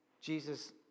Jesus